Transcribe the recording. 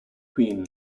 queen